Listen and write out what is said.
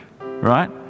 right